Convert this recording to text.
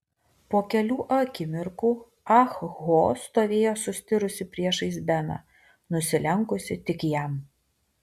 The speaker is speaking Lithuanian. po kelių akimirkų ah ho stovėjo sustirusi priešais beną nusilenkusi tik jam